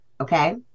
okay